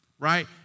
right